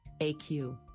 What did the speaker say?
AQ